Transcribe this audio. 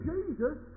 Jesus